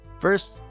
First